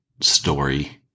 story